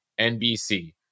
NBC